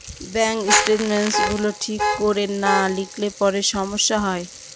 bank statements গুলো ঠিক করে না লিখলে পরে সমস্যা হয়